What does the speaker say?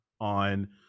on